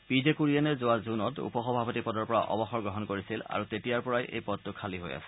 P J কুৰিয়েনে যোৱা জুনত উপ সভাপতি পদৰ পৰা অৱসৰ গ্ৰহণ কৰিছিল আৰু তেতিয়াৰ পৰাই এই পদটো খালী হৈ আছে